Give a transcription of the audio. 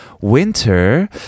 winter